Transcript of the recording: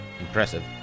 impressive